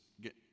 get